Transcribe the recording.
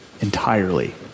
entirely